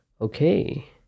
Okay